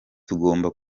tugomba